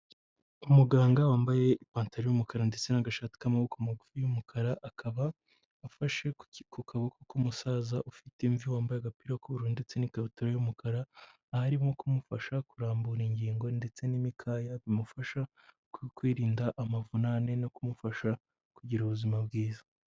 Umuganga wambaye ipantaro y'umukara ndetse n'agashati k'amaboko magufi y'umukara akaba afashe ku kaboko k'umusaza ufite imvi wambaye agapira k'ubururu ndetse n'ikabutura y'umukara, aho arimo kumufasha kurambura ingingo ndetse n'imikaya bimufasha kwirinda amavunane no kumufasha kugira ubuzima bwiza.